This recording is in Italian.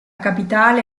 capitale